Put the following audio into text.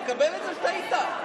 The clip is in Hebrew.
תקבל את זה שטעית.